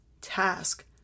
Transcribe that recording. task